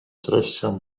treścią